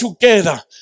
together